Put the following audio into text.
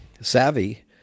savvy